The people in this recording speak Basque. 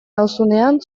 nauzunean